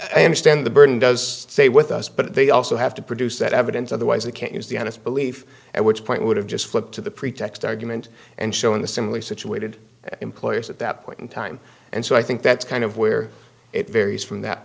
i understand the burden does stay with us but they also have to produce that evidence otherwise they can't use the honest belief and which point would have just flipped to the pretext argument and shown the similarly situated employees at that point in time and so i think that's kind of where it varies from that